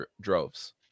droves